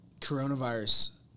coronavirus